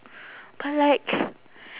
but like